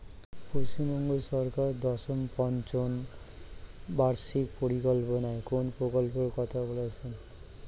পশ্চিমবঙ্গ সরকার দশম পঞ্চ বার্ষিক পরিকল্পনা কোন প্রকল্প কথা বলেছেন?